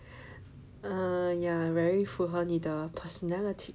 ah ya very 符合你的 personality